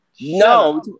No